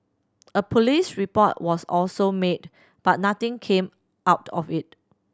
a police report was also made but nothing came out of it